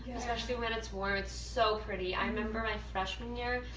especially when it's warm. it's so pretty. i remember my freshman year,